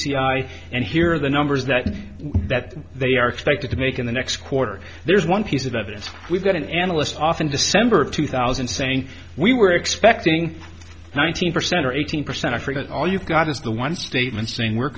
c i and here are the numbers that that they are expected to make in the next quarter there's one piece of evidence we've got an analyst off in december of two thousand saying we were expecting nineteen percent or eighteen percent i forget all you've got is the one statement saying we're